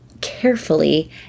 carefully